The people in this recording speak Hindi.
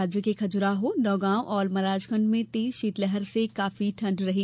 राज्य के खज्राहो नौगांव और मलाजखंड में तेज शीतलहर से काफी ठंड रही